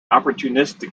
opportunistic